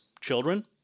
children